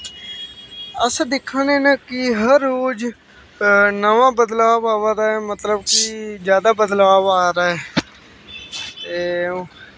अस दिक्खा ने न कि हर रोज़ नमां बदलाव आवा दा ऐ मतलव कि जादा बदलाव आ दा ऐ ते